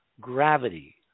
gravity